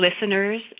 Listeners